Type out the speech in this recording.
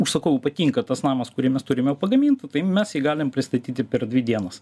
užsakovui patinka tas namas kurį mes turim jau pagamintą tai mes jį galim pristatyti per dvi dienas